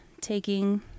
taking